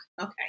okay